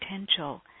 potential